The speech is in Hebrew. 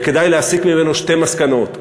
וכדאי להסיק ממנו שתי מסקנות.